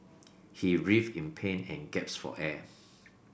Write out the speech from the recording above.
he writhed in pain and for air